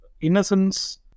innocence